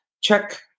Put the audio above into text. check